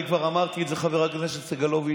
אני כבר אמרתי את זה, חבר הכנסת סגלוביץ',